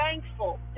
thankful